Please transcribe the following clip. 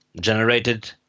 generated